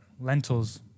Lentils